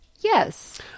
Yes